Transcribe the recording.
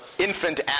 Infant